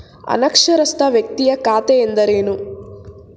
ಅನಕ್ಷರಸ್ಥ ವ್ಯಕ್ತಿಯ ಖಾತೆ ಎಂದರೇನು?